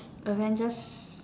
Avengers